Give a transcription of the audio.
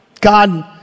God